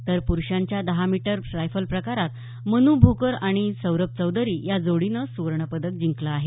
तर पुरूषांच्या दहा मीटर रायफल प्रकारात मन्भोकर आणि सौरभ चौधरी या जोडीनं सुवर्ण पदक जिंकलं आहे